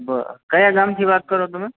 બરા કયા ગામથી વાત કરો તમે